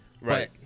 Right